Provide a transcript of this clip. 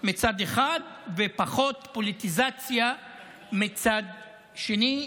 מצד אחד ופחות פוליטיזציה מצד שני.